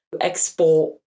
export